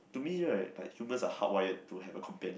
to me right the humans are hard wired to have a companion